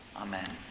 Amen